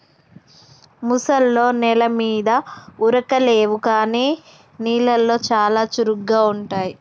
ముసల్లో నెల మీద ఉరకలేవు కానీ నీళ్లలో చాలా చురుగ్గా ఉంటాయి